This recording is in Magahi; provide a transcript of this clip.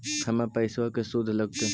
हमर पैसाबा के शुद्ध लगतै?